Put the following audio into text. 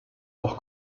auch